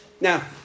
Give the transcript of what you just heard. Now